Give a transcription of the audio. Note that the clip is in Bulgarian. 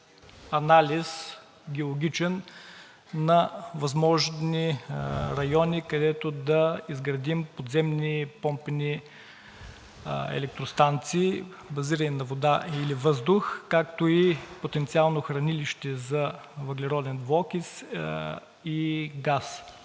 анализ – геологичен, на възможни райони, където да изградим подземни помпени електростанции, базирани на вода или въздух, както и потенциално хранилище за въглероден двуокис и газ.